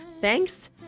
Thanks